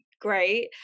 great